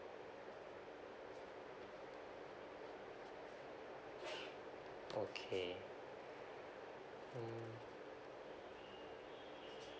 okay mm